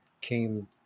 came